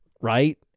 right